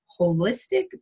holistic